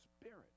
Spirit